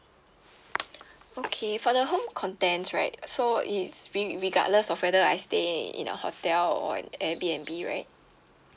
okay for the home contents right so it's re~ regardless of whether I stay in a hotel or an Airbnb right